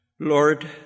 Lord